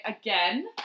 again